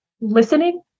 listening